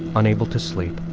unable to sleep,